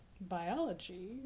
biology